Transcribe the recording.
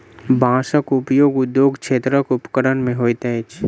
बांसक उपयोग उद्योग क्षेत्रक उपकरण मे होइत अछि